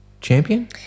champion